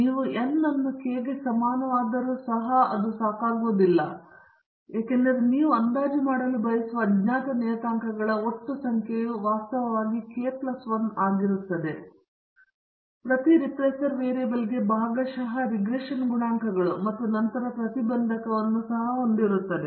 ನೀವು n ಅನ್ನು k ಗೆ ಸಮಾನವಾದರೂ ಸಹ ಅದು ಸಾಕಾಗುವುದಿಲ್ಲ ಏಕೆಂದರೆ ನೀವು ಅಂದಾಜು ಮಾಡಲು ಬಯಸುವ ಅಜ್ಞಾತ ನಿಯತಾಂಕಗಳ ಒಟ್ಟು ಸಂಖ್ಯೆಯು ವಾಸ್ತವವಾಗಿ ಕೆ ಪ್ಲಸ್ 1 ಆಗಿರುತ್ತದೆ ಪ್ರತಿ ರೆಪ್ರೆಸರ್ ವೇರಿಯೇಬಲ್ಗೆ ಭಾಗಶಃ ರಿಗ್ರೆಷನ್ ಗುಣಾಂಕಗಳು ಮತ್ತು ನಂತರ ಪ್ರತಿಬಂಧಕವನ್ನು ಸಹ ಹೊಂದಿರುತ್ತದೆ